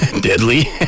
deadly